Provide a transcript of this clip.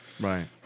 Right